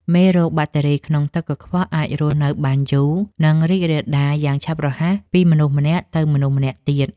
មេរោគបាក់តេរីក្នុងទឹកកខ្វក់អាចរស់នៅបានយូរ និងរីករាលដាលយ៉ាងឆាប់រហ័សពីមនុស្សម្នាក់ទៅមនុស្សម្នាក់ទៀត។